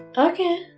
okay.